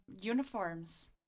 uniforms